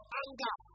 anger